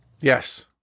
Yes